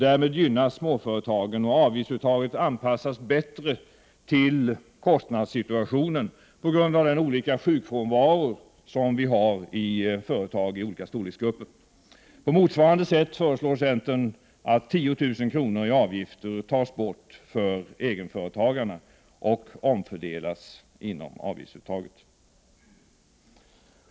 Därmed gynnas småföretagen och avgiftsuttaget anpassas bättre efter företagens kostnadsläge på grund av olika sjukfrånvaro i företag i olika storleksgrupper. På motsvarande sätt föreslår centern att 10 000 kr. i avgifter tas bort för egenföretagarna och omfördelas inom avgiftsuttaget.